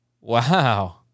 Wow